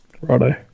Righto